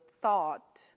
thought